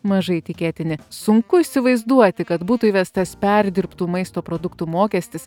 mažai tikėtini sunku įsivaizduoti kad būtų įvestas perdirbtų maisto produktų mokestis